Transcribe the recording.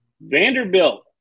Vanderbilt